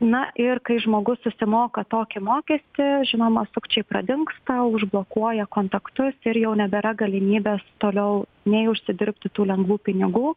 na ir kai žmogus susimoka tokį mokestį žinoma sukčiai pradingsta užblokuoja kontaktus ir jau nebėra galimybės toliau nei užsidirbti tų lengvų pinigų